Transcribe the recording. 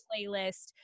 playlist